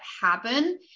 happen